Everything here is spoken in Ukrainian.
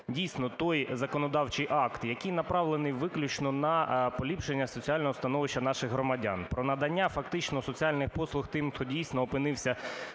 дійсно, той законодавчий акт, який направлений виключно на поліпшення соціального становища наших громадян, про надання фактично соціальних послуг тим, хто, дійсно, опинився